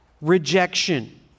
rejection